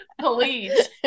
please